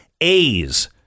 A's